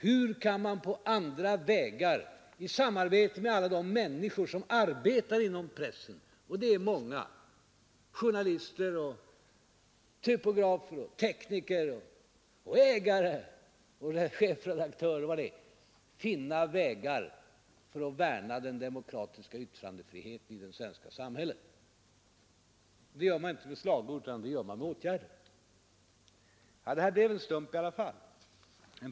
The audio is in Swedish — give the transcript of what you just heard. Hur kan man på andra vägar i samarbete med alla de människor som arbetar inom pressen — och det är många: journalister, typografer, tekniker, ägare, chefredaktörer osv. — värna den demokratiska yttrandefriheten i det svenska samhället? Det gör man inte med slagord utan med åtgärder.